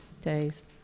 days